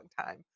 time